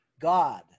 God